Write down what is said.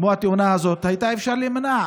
כמו התאונה הזאת שהייתה יכולה להימנע,